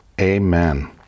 Amen